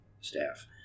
staff